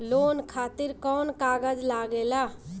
Loan खातिर कौन कागज लागेला?